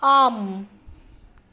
आम्